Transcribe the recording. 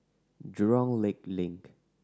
Jurong Lake Link